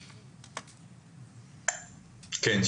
כן.